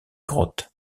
grottes